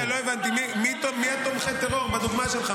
לא הבנתי, מי תומכי טרור בדוגמה שלך?